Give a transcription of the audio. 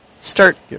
start